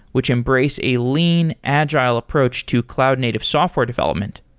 which embrace a lean, agile approach to cloud native software development.